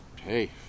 hey